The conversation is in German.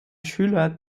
schüler